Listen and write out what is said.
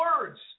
words